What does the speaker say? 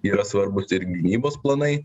yra svarbūs ir gynybos planai